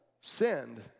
sinned